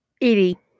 Edie